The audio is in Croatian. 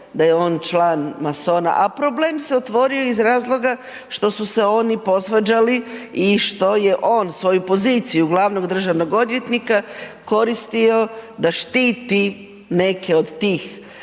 da je on član masona, a problem se otvorio iz razloga što su se oni posvađali i što je on svoju poziciju glavnog državnog odvjetnika koristio da štiti neke od tih